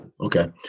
okay